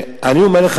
אני אומר לך,